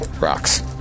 Rocks